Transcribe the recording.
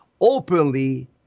openly